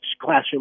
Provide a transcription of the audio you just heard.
classroom